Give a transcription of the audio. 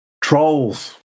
Trolls